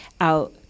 out